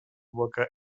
worker